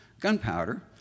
gunpowder